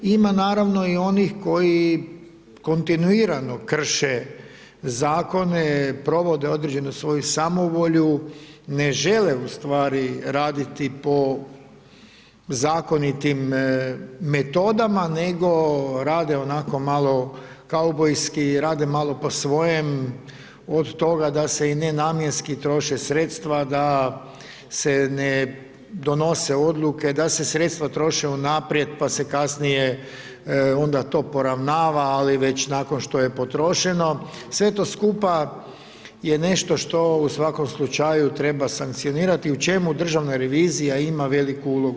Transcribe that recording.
Ima naravno i onih koji kontinuirano krše zakone, provode određeno svoju samovolju, ne žele ustvari raditi po zakonitim metodama, nego rade onako malo kaubojski, rade malo po svojem od toga da se i nenamjenski troše sredstva, da se ne donose odluke, da se sredstva troše u naprijed, pa se kasnije onda to poravnava, ali već nakon što je potrošeno, sve to skupa je nešto što u svakom slučaju treba sankcionirati, u čemu Državna revizija ima veliku ulogu.